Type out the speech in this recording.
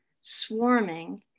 swarming